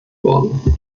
worden